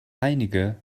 einige